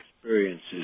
experiences